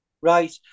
Right